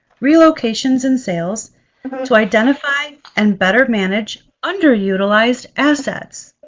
relocations and sales to identify and better manage underutilized assets.